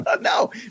No